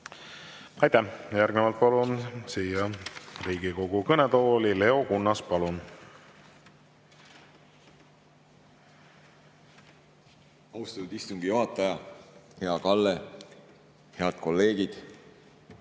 Palun! Järgnevalt palun siia Riigikogu kõnetooli Leo Kunnase. Palun! Austatud istungi juhataja! Hea Kalle! Head kolleegid!